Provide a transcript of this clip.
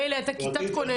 מילא, הייתה כיתת כוננות.